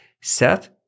Seth